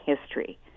history